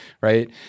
right